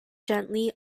gently